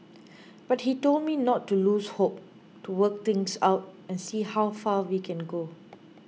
but he told me not to lose hope to work things out and see how far we can go